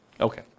Okay